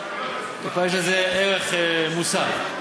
יש לזה ערך מוסף.